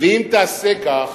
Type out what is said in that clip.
ואם תעשה כך,